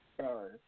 sorry